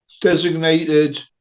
designated